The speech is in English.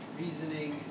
reasoning